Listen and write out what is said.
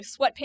sweatpants